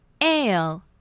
Ale